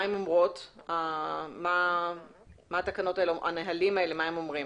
מה הנהלים האלה אומרים?